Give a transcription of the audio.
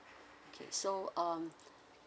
okay so um